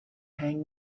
hang